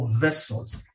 vessels